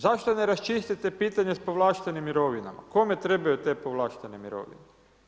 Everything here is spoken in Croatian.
Zašto ne raščistite pitanje s povlaštenim mirovinama, kome trebaju te povlaštene mirovine?